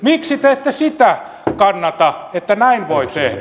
miksi te ette sitä kannata että näin voi tehdä